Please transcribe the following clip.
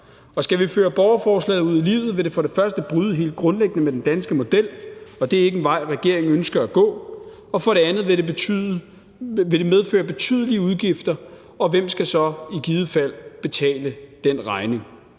Skal vi føre borgerforslaget ud i livet, vil det for det første bryde helt grundlæggende med den danske model, og det er ikke en vej, regeringen ønsker at gå, og for det andet vil det medføre betydelige udgifter, og hvem skal så i givet fald betale den regning?